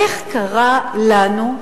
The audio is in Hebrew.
איך קרה לנו,